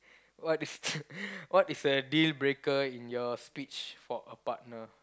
what is what is a dealbreaker in your search for a partner